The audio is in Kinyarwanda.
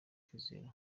kwizera